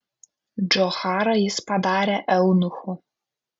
džocharą jis padarė eunuchu